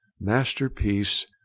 masterpiece